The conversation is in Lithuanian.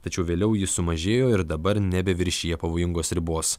tačiau vėliau ji sumažėjo ir dabar nebeviršija pavojingos ribos